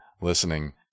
listening